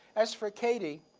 as for katie,